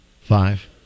Five